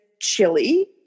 chili